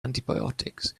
antibiotics